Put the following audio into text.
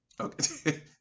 Okay